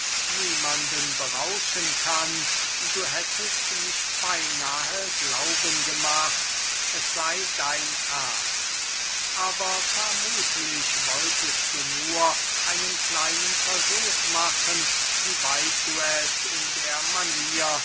niemanden berauschen kann du hättest mich beynahe glauben gemacht es sey dein ernst aber vermuthlich wolltest du nur einen kleinen versuch machen wie weit du es in der manier